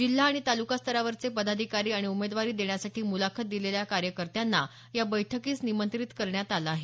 जिल्हा आणि तालुका स्तरावरचे पदाधिकारी आणि उमेदवारी देण्यासाठी मुलाखत दिलेल्या कार्यकर्त्यांना या बैठकीस निमंत्रित करण्यात आलं आहे